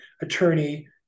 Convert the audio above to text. attorney